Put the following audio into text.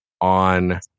on